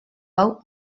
hau